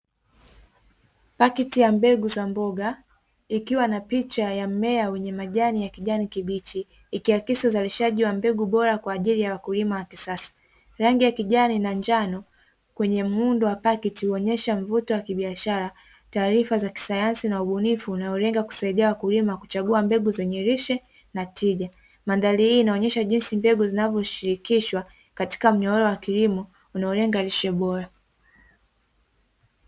Pakiti ya mbegu za mboga, ikiwa na picha ya mmea wenye majani ya kijani kibichi ikiakisi uzalishaji wa mbegu bora kwa ajili ya wakulima wa kisasa; rangi ya kijani na njano kwenye muundo wa pakiti waonyesha mvuto wa kibiashara taarifa za kisayansi na ubunifu unaolenga kusaidia wakulima kuchagua mbegu zenye lishe na tija. Maandali hii inaonyesha jinsi mbegu zinavyoshirikishwa katika mnyororo wa kilimo unaolenga lishe bora.